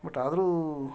but ಆದರೂ